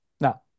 Now